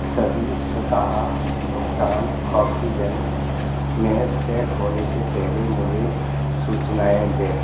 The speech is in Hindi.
सभी स्वतः भुगतान ऑक्सीजन में सेट होने से पहले मुझे सूचनाएँ दें